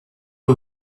who